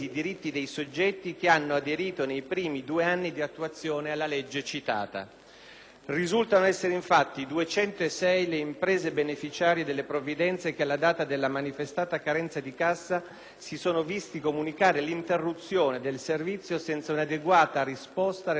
Risultano essere infatti 206 le imprese beneficiarie delle provvidenze che alla data della manifestata carenza di cassa si sono viste comunicare l'interruzione del servizio senza un'adeguata risposta relativamente alle prospettive di ripresa dell'erogazione dei contributi assegnati.